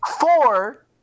Four